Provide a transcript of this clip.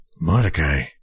Mordecai